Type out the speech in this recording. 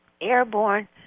airborne